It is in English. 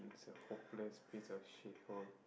he's a hopeless piece of shit hole